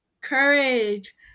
courage